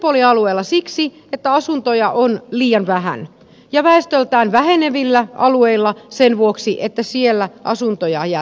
metropolialueella siksi että asuntoja on liian vähän ja väestöltään vähenevillä alueilla sen vuoksi että siellä asuntoja jää tyhjiksi